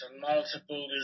multiple